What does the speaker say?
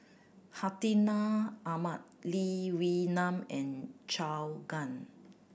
Hartinah Ahmad Lee Wee Nam and Zhou Can